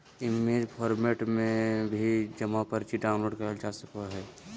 image format में भी जमा पर्ची डाउनलोड करल जा सकय हय